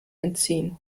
entziehen